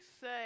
say